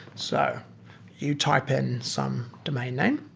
so you type in some domain name.